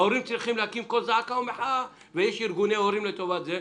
ההורים צריכים להקים קול זעקה ומחאה ויש ארגוני הורים לטובת זה,